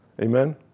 Amen